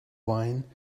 wine